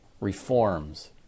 reforms